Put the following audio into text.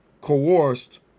coerced